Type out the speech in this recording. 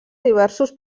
diversos